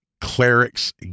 clerics